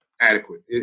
adequate